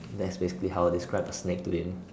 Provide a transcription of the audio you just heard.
that's basically how I describe a snake to him